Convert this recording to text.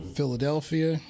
Philadelphia